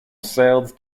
sailed